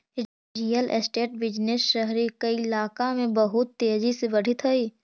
real estate business शहरी कइलाका में बहुत तेजी से बढ़ित हई